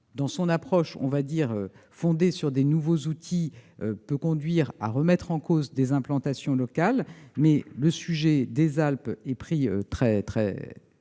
Météo France, fondée sur des nouveaux outils, peuvent conduire à remettre en cause des implantations locales, mais le sujet des Alpes est pris très au